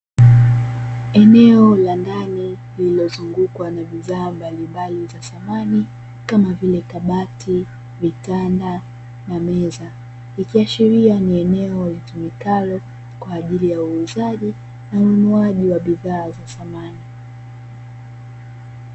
Eneo la ndani lililozungukwa na bidhaa mbalimbali za samani kama vile; kabati, vitanda na meza. Ikiashiria ni eneo litumikalo kwaajili ya uuzaji na ununuaji wa bidhaa za samani.